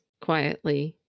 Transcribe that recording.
quietly